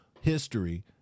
history